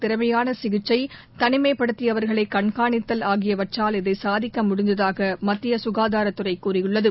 திறமையானசிகிச்சை தனிமைப்படுத்தியவர்களைகண்காணித்தல் ஆகியவற்றால் இதைசாதிக்கமுடிந்ததாகமத்தியசுகாதாரத்துறைதெரிவித்துள்ளது